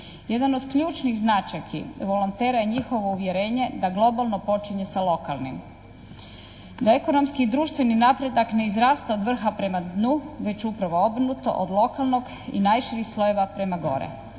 Jedan od ključnih značajki volontera je njihovo uvjerenje da globalno počinje sa lokalnim. Da ekonomski i društveni napredak ne izrasta od vrha prema dnu već upravo obrnuto od lokalnog i najširih slojeva prema gore.